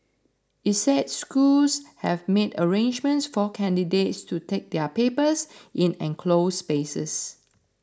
it said schools have made arrangements for candidates to take their papers in enclosed spaces